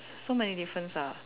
so many difference ah